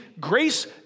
Grace